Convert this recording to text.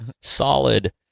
Solid